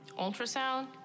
ultrasound